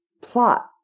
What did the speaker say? plot